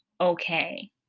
okay